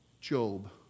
Job